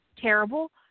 terrible